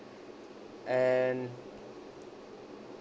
and